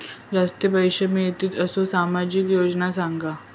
जास्ती पैशे मिळतील असो सामाजिक योजना सांगा?